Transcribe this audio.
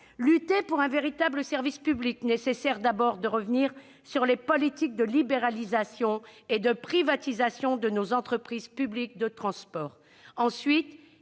Lutter pour un véritable service public nécessite d'abord de revenir sur les politiques de libéralisation et de privatisation de nos entreprises publiques de transport.